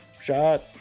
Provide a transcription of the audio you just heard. shot